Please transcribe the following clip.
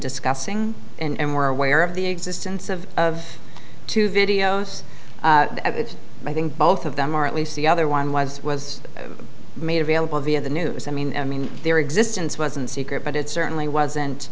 discussing and were aware of the existence of of two videos i think both of them or at least the other one was was made available via the news i mean i mean their existence wasn't secret but it certainly